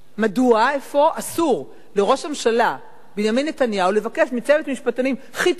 מדוע אפוא אסור לראש הממשלה בנימין נתניהו לבקש מצוות משפטנים חיצוני,